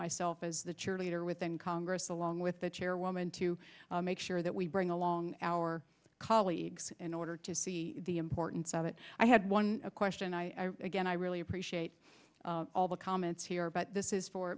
myself as the cheerleader within congress along with the chairwoman to make sure that we bring along our colleagues in order to see the importance of it i had one question i again i really appreciate all the comments here but this is for